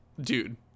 Dude